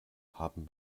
haben